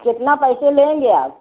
कितना पैसे लेंगे आप